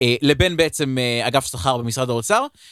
לבין בעצם אגף שכר במשרד האוצר.